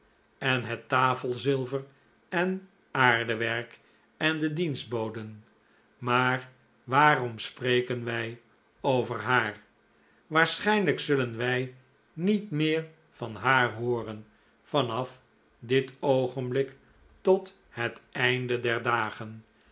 en het tafelzilver en aardewerk en de dienstboden maar waarom spreken wij over haar waarschijnlijk zullen wij niet meer van haar hooren van af dit oogenblik tot het einde der dagen